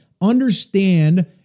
understand